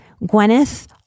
Gwyneth